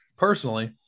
Personally